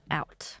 out